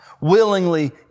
willingly